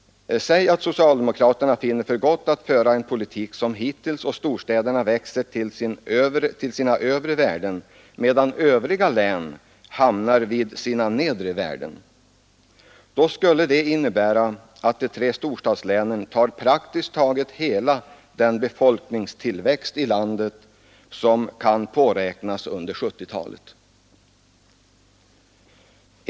Säg att socialdemokraterna finner för gott att föra samma politik som hittills och storstäderna växer till sina övre värden medan flertalet län hamnar vid sina nedre värden. Då skulle det innebära att de tre storstadslänen tar praktiskt taget hela den befolkningstillväxt i landet som kan påräknas under 1970-talet.